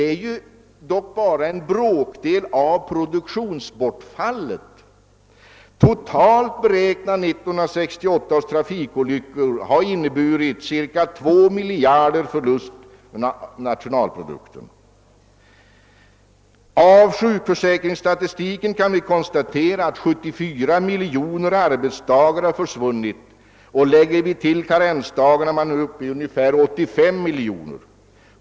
Och ändå är detta bara en bråkdel av produktionsbortfallet. Totalt beräknas 1968 års olyckor ha medfört en förlust på cirka 2 miljarder för nationalprodukten. Av sjukförsäkringsstatistiken kan vi också se att 74 miljoner arbetsdagar gick till spillo. Om vi lägger till karensdagarna är antalet uppe i 85 miljoner.